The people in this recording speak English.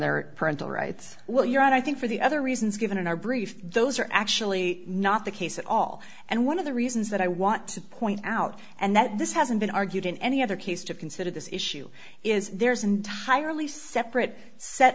their parental rights well you're out i think for the other reasons given in our brief those are actually not the case at all and one of the reasons that i want to point out and that this hasn't been argued in any other case to consider this issue is there's an entirely separate set